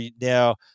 now